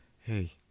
hey